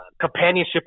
companionship